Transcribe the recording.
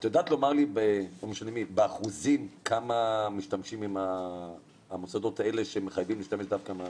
את יודעת לומר לי באחוזים כמה מוסדות מחייבים להשתמש דווקא עם התומקס?